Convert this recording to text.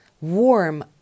warm